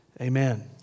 Amen